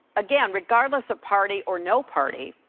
again, regardless of party or no party,